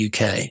UK